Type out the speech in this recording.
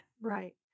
Right